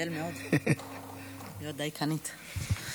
אשתדל מאוד להיות דייקנית.